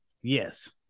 Yes